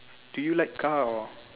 do you like car or